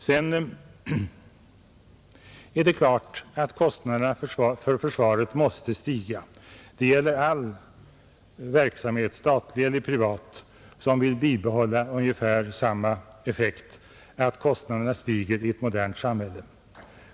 Det är klart att kostaderna för försvaret måste stiga. Det gäller all verksamhet — statlig eller privat — som vill bibehålla ungefär samma effekt, att kostnaderna stiger i ett modernt samhälle.